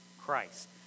Christ